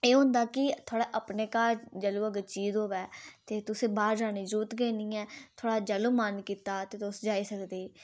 एह् होंदा की थोह्ड़े अपने घर जेल्लै अग्गै थुआढ़ा जीऽ होऐ ते तुसें बाह्र जाने दी जरूरत गै नेईं ऐ ते थोह्ड़ा जैलूं मन कीता तुस जाई सकदे